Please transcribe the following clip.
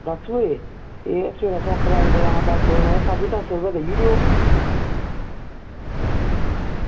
एह् दस्स बजे एह् दस्स बजे तुसें सबेरे आक्खे दा ते साढ़े दस्स बजे तगर देई ओड़ेओ